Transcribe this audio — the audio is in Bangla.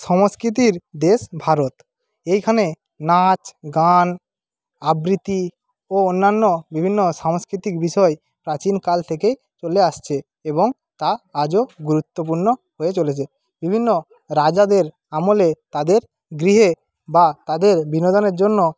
সংস্কৃতির দেশ ভারত এইখানে নাচ গান আবৃতি ও অন্যান্য বিভিন্ন সাংস্কৃতিক বিষয় প্রাচীনকাল থেকেই চলে আসছে এবং তা আজও গুরুত্বপূর্ণ হয়ে চলেছে বিভিন্ন রাজাদের আমলে তাদের গৃহে বা তাদের বিনোদনের জন্য